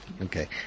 Okay